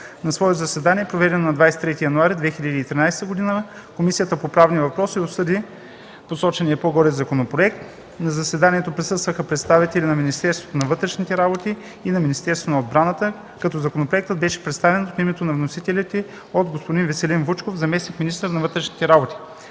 На свое заседание, проведено на 23 януари 2013 г., Комисията по правни въпроси обсъди посочения по-горе законопроект. На заседанието присъстваха представители на Министерството на вътрешните работи и на Министерството на отбраната. Законопроектът беше представен от името на вносителите от господин Веселин Вучков – заместник-министър на вътрешните работи.